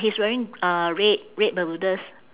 he's wearing uh red red bermudas